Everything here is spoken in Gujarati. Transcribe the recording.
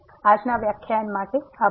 આજના વ્યાખ્યાન માટે આભાર